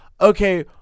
okay